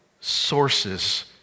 sources